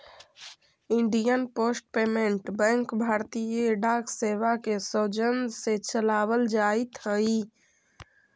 Indian post payment bank भारतीय डाक सेवा के सौजन्य से चलावल जाइत हइ